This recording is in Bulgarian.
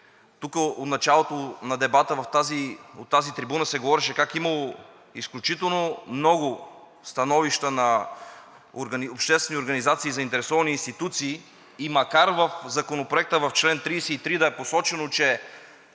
тук от началото на дебата от тази трибуна се говореше как имало изключително много становища на обществени организации и заинтересовани институции, и макар в Законопроекта в чл. 33 да е посочено, че